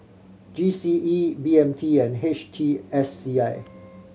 G C E B M T and H T S C I